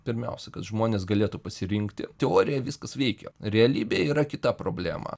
pirmiausia kad žmonės galėtų pasirinkti teorija viskas veikia realybėj yra kita problema